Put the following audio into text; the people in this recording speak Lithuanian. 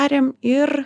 darėm ir